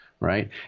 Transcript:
right